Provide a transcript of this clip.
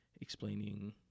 explaining